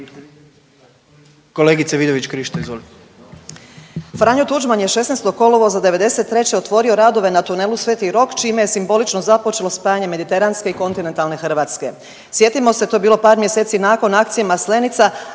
Krišto, Karolina (Nezavisni)** Franjo Tuđman je 16. kolovoza '93. otvorio radove na Tunelu Sv. Rok čime je simbolično započelo spajanje mediteranske i kontinentalne Hrvatske. Sjetimo se to je bilo par mjeseci nakon akcije Maslenica,